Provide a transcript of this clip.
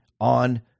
on